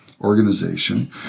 organization